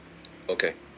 okay